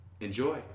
enjoy